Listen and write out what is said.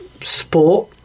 sport